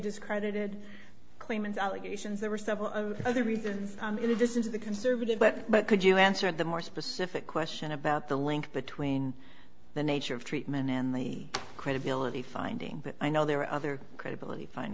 discredited claimants allegations there were several other reasons and if this is the conservative but but could you answer the more specific question about the link between the nature of treatment and the credibility finding that i know there are other credibility